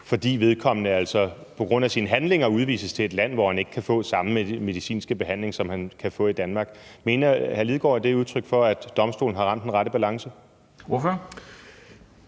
fordi vedkommende altså på grund af sine handlinger udvises til et land, hvor han ikke kan få samme medicinske behandling, som han kan få i Danmark. Mener hr. Martin Lidegaard, at det er udtryk for, at domstolen har ramt den rette balance? Kl.